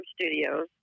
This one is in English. Studios